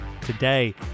Today